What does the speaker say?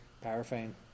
paraffin